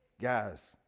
Guys